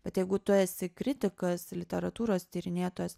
bet jeigu tu esi kritikas literatūros tyrinėtojas